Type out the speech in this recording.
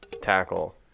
tackle